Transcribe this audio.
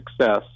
success